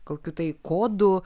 kokiu tai kodu